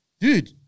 dude